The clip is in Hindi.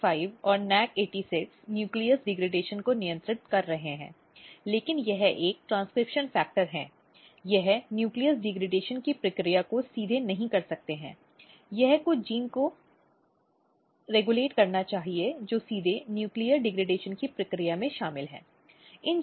NAC45 और NAC86 नाभिक डिग्रेडेशन को नियंत्रित कर रहे हैं लेकिन यह एक ट्रांसक्रिप्शन फैक्टर है यह नाभिक डिग्रेडेशन की प्रक्रिया को सीधे नहीं कर सकता है यह कुछ जीनों को रेगुलेट करना चाहिए जो सीधे न्यूक्लियर डिग्रेडेशन की प्रक्रिया में शामिल है